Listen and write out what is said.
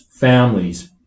families